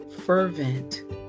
fervent